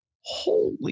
Holy